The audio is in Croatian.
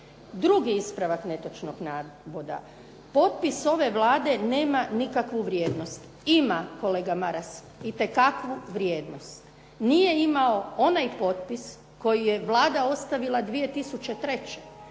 Drugi ispravak netočnog navoda. Popis ove Vlade nema nikakvu vrijednost. Ima, kolega Maras, itekakvu vrijednost. Nije imao onaj potpis koji je Vlada ostavila 2003.